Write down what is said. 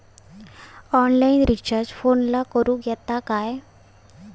Online recharge फोनला करूक येता काय?